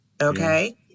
Okay